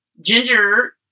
ginger